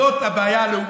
זאת הבעיה הלאומית.